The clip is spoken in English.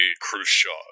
Khrushchev